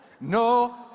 No